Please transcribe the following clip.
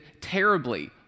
terribly